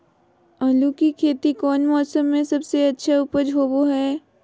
आलू की खेती कौन मौसम में सबसे अच्छा उपज होबो हय?